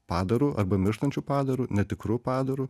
padaru arba mirštančiu padaru netikru padaru